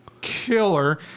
killer